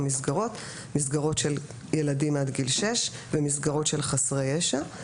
מסגרות מסגרות של ילדים עד גיל שש ומסגרות של חסרי ישע.